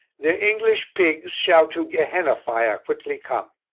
the english pigs shall to gehenna-fire quickly come.